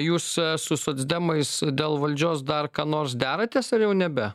jūs su socdemais dėl valdžios dar ką nors deratės ar jau nebe